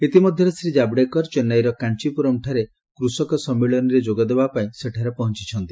ଇତିମଧ୍ୟରେ ଶ୍ରୀ ଜାବଡ଼େକର ଚେନ୍ନାଇର କାଞ୍ଚିପୁରମ୍ଠାରେ କୃଷକ ସମ୍ମିଳନୀରେ ଯୋଗଦେବାପାଇଁ ସେଠାରେ ପହଞ୍ଚିଛନ୍ତି